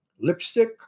Lipstick